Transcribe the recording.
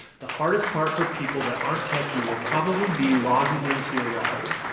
the hardest part for people that aren't techy will probably be logging in to your router.